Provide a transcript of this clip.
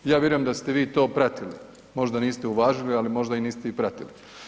Ja vjerujem da ste vi to pratili, možda niste uvažili, ali možda i niste pratili.